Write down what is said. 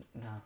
No